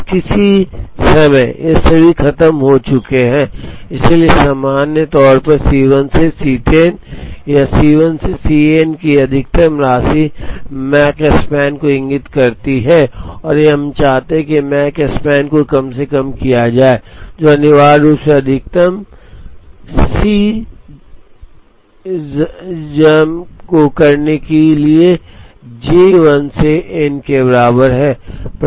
अब किसी समय ये सभी खत्म हो चुके हैं इसलिए सामान्य तौर पर C 1 से C 10 या C 1 से C n की अधिकतम राशि मकस्पान को इंगित करती है और हम चाहते हैं कि मकस्पान को कम से कम किया जाए जो अनिवार्य रूप से अधिकतम सी जम्मू को कम करने के लिए है j 1 से n के बराबर है